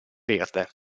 verde